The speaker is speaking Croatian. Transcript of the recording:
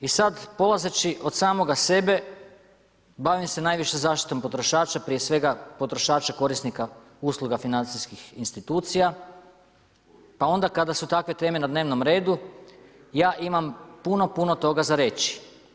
I sada polazeći od samoga sebe bavim se najviše zaštitom potrošača, prije svega potrošača korisnika usluga financijskih institucija, pa onda kada su takve teme na dnevnom redu ja imam puno, puno toga za reći.